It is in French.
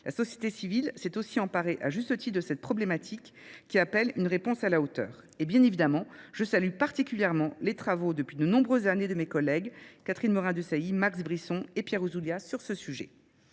La société civile s'est aussi emparée à juste titre de cette problématique qui appelle une réponse à la hauteur. Et bien évidemment, je salue particulièrement les travaux depuis de nombreuses années de mes collègues Catherine Morin-Decahie, Max Brisson et Pierre Ousoulia sur ce sujet.